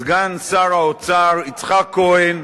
סגן שר האוצר יצחק כהן.